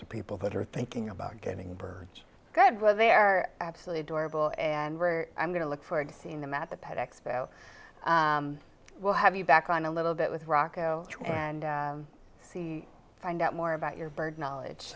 to people that are thinking about getting birds good well they're absolutely adorable and rare i'm going to look forward to seeing them at the pet expo we'll have you back on a little bit with rocco and find out more about your bird knowledge